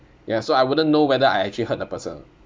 ya so I wouldn't know whether I actually hurt the person